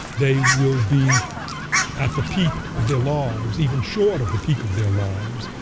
they will be at the peak of their lives, even short of the peak of their lives.